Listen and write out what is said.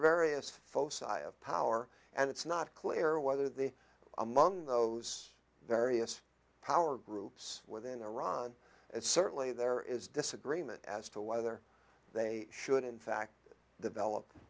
are various folks of power and it's not clear whether the among those various power groups within iran certainly there is disagreement as to whether they should in fact the vel